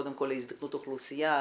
קודם כל הזדקנות האוכלוסייה,